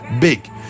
big